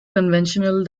conventional